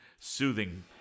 soothing